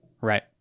Right